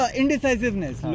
indecisiveness